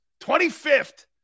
25th